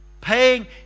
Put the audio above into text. Paying